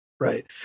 Right